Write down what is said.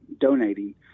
donating